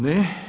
Ne.